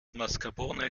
mascarpone